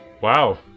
wow